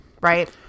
Right